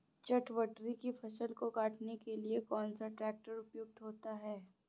चटवटरी की फसल को काटने के लिए कौन सा ट्रैक्टर उपयुक्त होता है?